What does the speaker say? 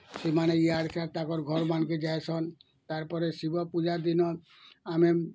ସେମାନେ ଇଆଡ଼କା ତାକର୍ ଘର୍ମାନକେ ଯାଇସନ୍ ତାର୍ପରେ ଶିବପୂଜା ଦିନ ଆମେ